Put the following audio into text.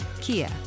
Kia